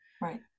Right